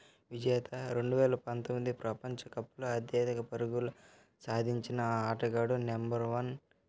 విజేత రెండు వేల పంతొమ్మిది ప్రపంచ కప్లో అత్యాధిక పరుగుల సాధించిన ఆటగాడు నెంబర్ వన్